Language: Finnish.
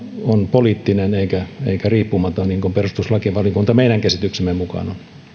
poliittinen eikä eikä riippumaton niin kuin perustuslakivaliokunta meidän käsityksemme mukaan on